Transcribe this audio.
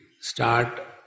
start